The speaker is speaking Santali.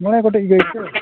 ᱢᱚᱬᱮ ᱜᱚᱴᱮᱡ ᱜᱟᱹᱭ ᱥᱮ